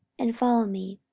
and follow me.